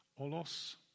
olos